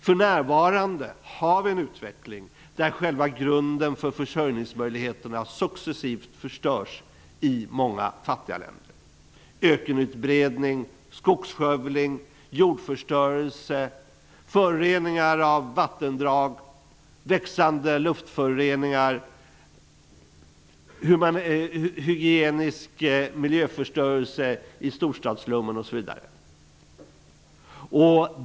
För närvarande har vi en utveckling där själva grunden för försörjningsmöjligheterna successivt förstörs i många fattiga länder. Vi ser ökenutbredning, skogsskövling, jordförstörelse, föroreningar av vattendrag, växande luftföroreningar, hygienisk miljöförstörelse i storstadsslummen osv.